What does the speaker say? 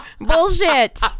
Bullshit